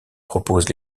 propose